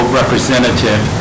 representative